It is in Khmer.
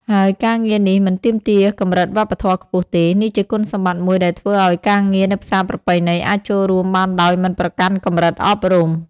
ហើយការងារនេះមិនទាមទារកម្រិតវប្បធម៌ខ្ពស់ទេ នេះជាគុណសម្បត្តិមួយដែលធ្វើឱ្យការងារនៅផ្សារប្រពៃណីអាចចូលរួមបានដោយមិនប្រកាន់កម្រិតអប់រំ។